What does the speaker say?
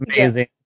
amazing